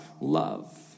love